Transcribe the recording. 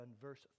verse